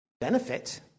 benefit